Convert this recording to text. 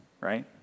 right